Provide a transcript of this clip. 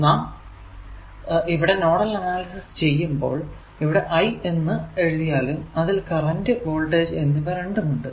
നാം ഇവിടെ nodal analysis ചെയ്യുമ്പോൾ ഇവിടെ I എന്ന് എഴുതിയാലും അതിൽ കറന്റ് വോൾടേജ് എന്നിവ രണ്ടും ഉണ്ട്